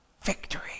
victory